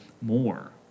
more